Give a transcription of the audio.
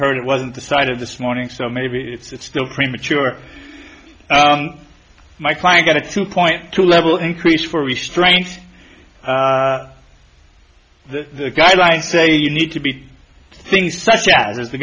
heard it wasn't the side of this morning so maybe it's still premature my client got a two point two level increase for restraints the guy i say you need to be things such as